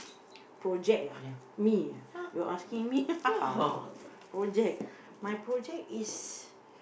project ah me you're asking me project my project is